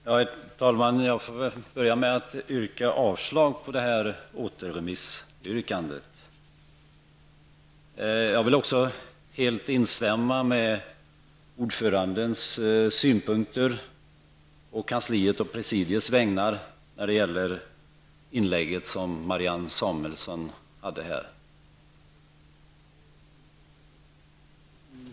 Herr talman! Jag får väl börja med att yrka avslag på återremissyrkandet. Jag vill också helt instämma i ordförandens synpunkter å kansliets och presidiets vägnar när det gäller Marianne Samuelssons inlägg.